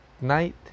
night